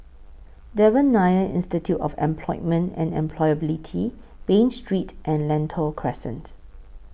Devan Nair Institute of Employment and Employability Bain Street and Lentor Crescent